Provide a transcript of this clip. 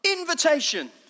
Invitation